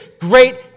great